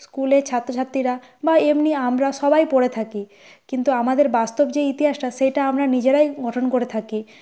স্কুলের ছাত্র ছাত্রীরা বা এমনি আমরা সবাই পড়ে থাকি কিন্তু আমাদের বাস্তব যে ইতিহাসটা সেটা আমরা নিজেরাই গঠন করে থাকি